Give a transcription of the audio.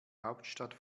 hauptstadt